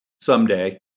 someday